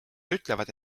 ütlevad